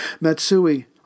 Matsui